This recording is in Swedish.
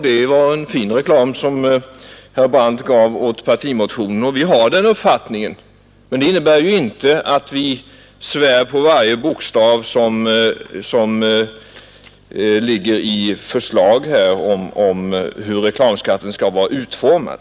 Det var en korrekt reklam som herr Brandt där gav åt vår motion. Vi har den uppfattningen. Men det innebär inte att vi fördenskull okritiskt svär på varje detalj i förslaget om hur reklamskatten skall vara utformad.